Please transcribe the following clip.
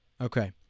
Okay